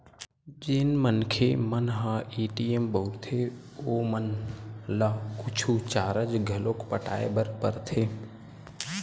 जेन मनखे मन ह ए.टी.एम बउरथे ओमन ल कुछु चारज घलोक पटाय बर परथे